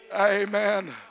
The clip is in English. amen